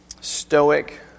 stoic